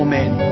men